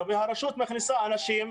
והרשות להסדרת התיישבות הבדואים מכניסה אנשים,